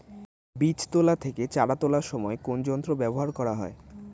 বীজ তোলা থেকে চারা তোলার সময় কোন যন্ত্র ব্যবহার করা হয়?